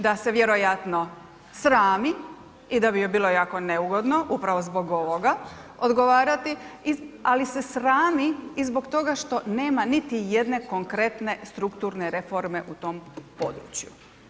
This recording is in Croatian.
Da se vjerojatno srami i da bi joj bilo jako neugodno upravo zbog ovoga odgovarati ali se srami i zbog toga što nema niti jedne konkretne strukturne reforme u tom području.